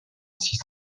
six